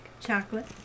Chocolate